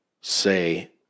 say